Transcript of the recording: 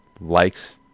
likes